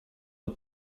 und